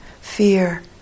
fear